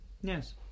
Yes